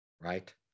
right